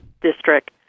district